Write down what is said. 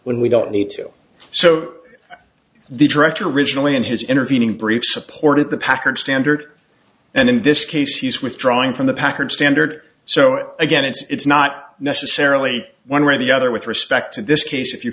when we don't need to so the director originally in his intervening briefs supported the packard standard and in this case he's withdrawing from the packard standard so again it's not necessarily one way or the other with respect to this case if you